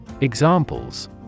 Examples